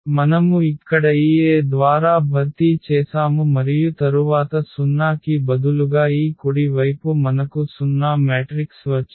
మనము ఇక్కడ ఈ A ద్వారా భర్తీ చేసాము మరియు తరువాత 0 కి బదులుగా ఈ కుడి వైపు మనకు 0 మ్యాట్రిక్స్ వచ్చింది